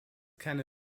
keine